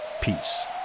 Peace